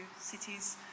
cities